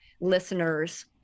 listeners